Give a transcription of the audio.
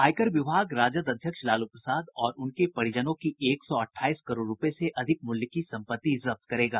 आयकर विभाग राजद अध्यक्ष लालू प्रसाद और उनके परिजनों की एक सौ अठाईस करोड़ रूपये से अधिक मूल्य की सम्पत्ति जब्त करेगा